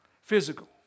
Physical